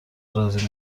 راضی